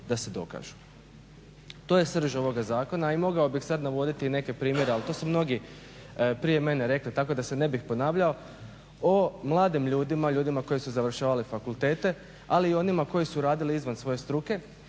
da se dokažu. To je srž ovoga zakona i mogao bih sad navoditi i neke primjere ali to su mnogi prije mene rekli tako da se ne bih ponavljao. O mladim ljudima, ljudima koji su završavali fakultete, ali i onima koji su radili izvan svoje struke